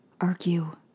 argue